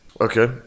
Okay